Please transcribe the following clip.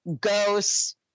ghosts